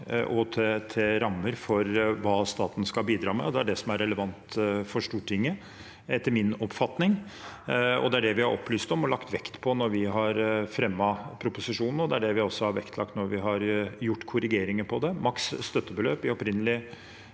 og rammer for hva staten skal bidra med. Det er det som er relevant for Stortinget, etter min oppfatning. Det er det vi har opplyst om og lagt vekt på når vi har fremmet proposisjonen, og det er det vi også har vektlagt når vi har gjort korrigeringer. Maks støttebeløp i opprinnelig